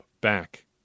back